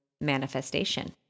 manifestation